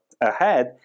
ahead